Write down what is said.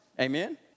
Amen